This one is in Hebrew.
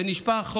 זה נשפך.